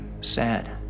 sad